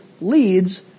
leads